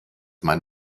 mein